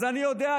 אז אני יודע,